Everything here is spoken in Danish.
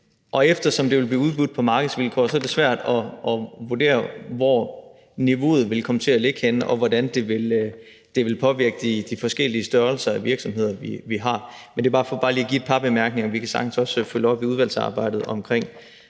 Og eftersom det vil blive udbudt på markedsvilkår, er det svært at vurdere, hvor niveauet vil komme til at ligge henne, og hvordan det vil påvirke de forskellige størrelser af virksomheder, vi har. Men det var bare for lige at komme med et par bemærkninger om det, og vi kan sagtens også følge op på den del af det i